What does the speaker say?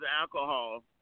alcohol